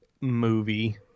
movie